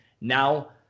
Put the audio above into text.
Now